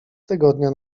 tygodnia